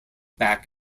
back